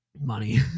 Money